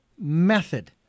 method